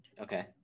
Okay